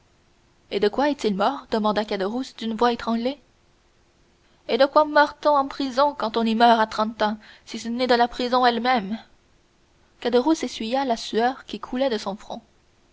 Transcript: et de quoi est-il mort demanda caderousse d'une voix étranglée et de quoi meurt on en prison quand on y meurt à trente ans si ce n'est de la prison elle-même caderousse essuya la sueur qui coulait de son front